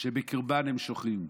שבקרבן הם שוכנים.